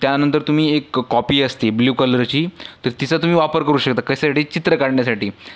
त्यानंतर तुम्ही एक क कॉपी असते ब्लू कलरची तर तिचा तुम्ही वापर करू शकता कशासाठी चित्र काढण्यासाठी